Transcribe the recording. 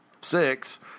Six